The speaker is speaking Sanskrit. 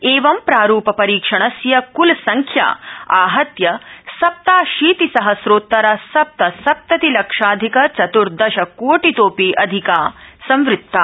एवं प्रारूप परीक्षणस्य कुल संख्या आहत्य सप्ताशीति सहम्रोत्तर सप्तसप्तति लक्षधिक चतुर्दश कोटितोपि अधिका संकृत्ता